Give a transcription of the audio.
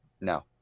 No